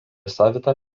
savitą